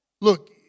look